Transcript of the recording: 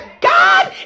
God